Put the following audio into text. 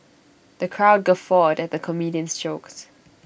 the crowd guffawed at the comedian's jokes